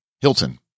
Hilton